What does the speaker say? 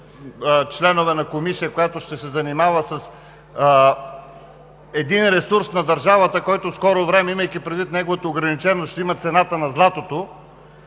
членове на Комисия, която ще се занимава с ресурс на държавата, който в скоро време, имайки предвид неговата ограниченост, ще има цената на златото,